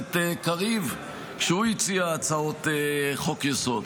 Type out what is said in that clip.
הכנסת קריב כשהוא הציע הצעות חוק-יסוד.